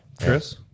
Chris